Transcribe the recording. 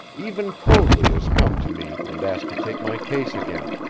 even coadley has come to me and asked to take my case again.